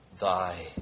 thy